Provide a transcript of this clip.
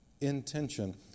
intention